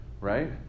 right